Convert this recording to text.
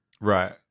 Right